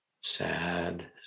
sad